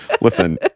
Listen